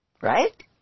Right